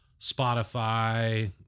Spotify